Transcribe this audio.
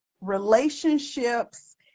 relationships